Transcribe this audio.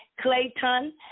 Clayton